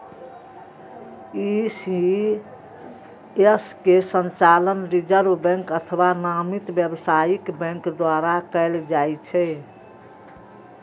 ECS के संचालन reserve bank अथवा नामित व्यावसायिक बैंक द्वारा कैल जाइ छै